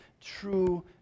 true